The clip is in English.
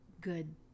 good